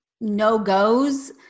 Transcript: no-goes